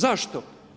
Zašto?